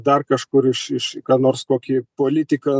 dar kažkur iš iš ką nors kokį politiką